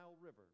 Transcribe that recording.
River